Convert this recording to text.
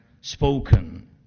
spoken